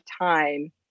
time